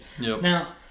Now